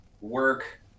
work